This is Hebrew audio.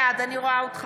בעד דסטה